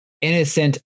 innocent